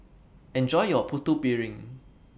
Enjoy your Putu Piring